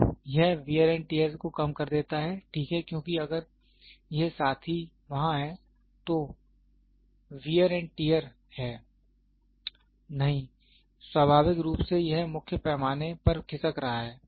तो यह wear and tear को कम कर देता है ठीक है क्योंकि अगर यह साथी वहां है तो यर एंड टियर है नहीं स्वाभाविक रूप से यह मुख्य पैमाने पर खिसक रहा है